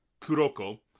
Kuroko